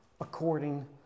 according